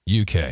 UK